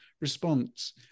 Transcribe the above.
response